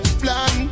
plan